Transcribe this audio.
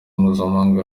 mpuzamahanga